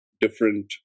different